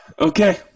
Okay